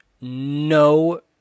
no